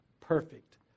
perfect